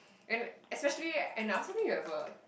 and especially and i also think you have a